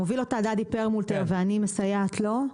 מוביל אותה גדי פרלמוטר ואני מסייעת לו,